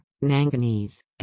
manganese